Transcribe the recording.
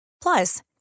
Plus